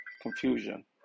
confusion